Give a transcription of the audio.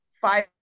five